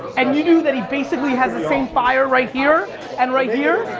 and you knew that he basically has the same fire right here and right here,